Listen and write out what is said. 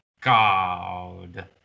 God